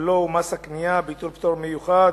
הבלו ומס הקנייה (ביטול פטור מיוחד)